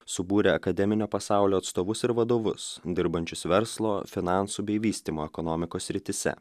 subūrė akademinio pasaulio atstovus ir vadovus dirbančius verslo finansų bei vystymo ekonomikos srityse